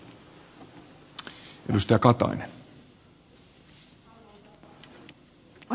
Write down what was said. arvoisa puhemies